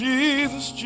Jesus